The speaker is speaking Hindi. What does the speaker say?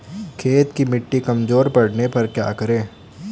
खेत की मिटी कमजोर पड़ने पर क्या करें?